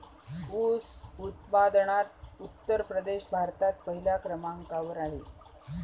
ऊस उत्पादनात उत्तर प्रदेश भारतात पहिल्या क्रमांकावर आहे